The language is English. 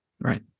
right